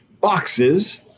boxes